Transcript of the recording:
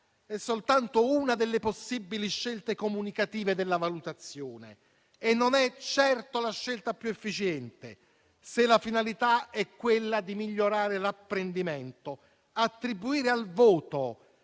è soltanto una delle possibili scelte comunicative della valutazione e non è certo la scelta più efficiente. Se la finalità è quella di migliorare l'apprendimento, attribuire al voto